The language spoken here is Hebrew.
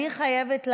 אני חייבת להגיד,